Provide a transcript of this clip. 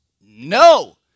No